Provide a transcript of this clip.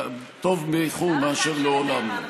טוב באיחור מאשר לעולם לא.